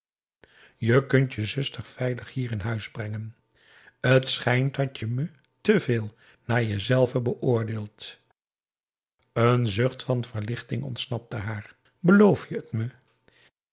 je kunt je zuster veilig hier in huis brengen het schijnt dat je me te veel naar je zelve beoordeelt een zucht van verlichting ontsnapte haar beloof je het me